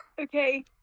Okay